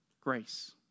grace